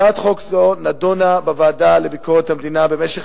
הצעת חוק זו נדונה בוועדה לביקורת המדינה במשך